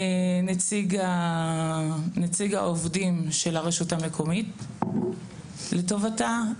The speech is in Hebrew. נציג העובדים של הרשות המקומית לטובתה.